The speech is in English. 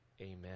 Amen